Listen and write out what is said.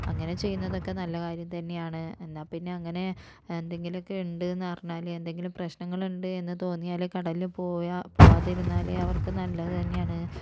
അങ്ങനെ ചെയ്യുന്നതൊക്കെ നല്ല കാര്യം തന്നെയാണ് എന്നാൽ പിന്നെ അങ്ങനെ എന്തെങ്കിലുമൊക്കെ ഉണ്ട് എന്ന് അറിഞ്ഞാൽ എന്തെങ്കിലും പ്രശ്നങ്ങൾ ഉണ്ട് എന്നു തോന്നിയാൽ കടലിൽ പോയ പോകാതിരുന്നാൽ അവര്ക്ക് നല്ലതു തന്നെയാണ്